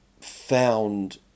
found